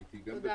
תודה.